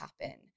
happen